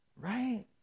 right